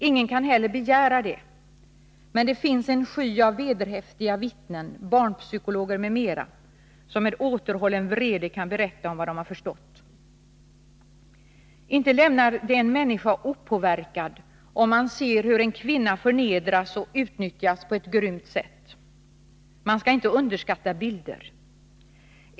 Ingen kan heller begära det, men det finns en sky av vederhäftiga vittnen, barnpsykologer m.m. som med återhållen vrede kan berätta om vad de har förstått. Inte lämnar det en människa opåverkad om man ser hur en kvinna förnedras och utnyttjas på ett grymt sätt. Man skall inte underskatta bilder.